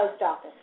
office